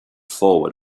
forward